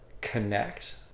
connect